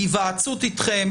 היוועצות אתכם,